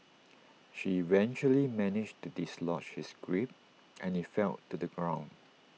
she eventually managed to dislodge his grip and he fell to the ground